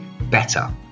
better